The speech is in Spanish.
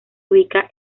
ubica